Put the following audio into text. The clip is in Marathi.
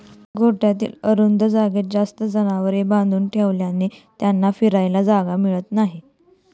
गोठ्यातील अरुंद जागेत जास्त जनावरे बांधून ठेवल्याने त्यांना फिरायला जागा मिळत नाही